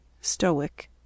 Stoic